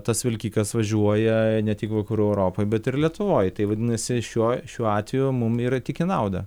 tas vilkikas važiuoja ne tik vakarų europoj bet ir lietuvoj tai vadinasi šiuo šiuo atveju mum yra tik į naudą